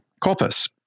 corpus